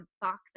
boxer